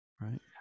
right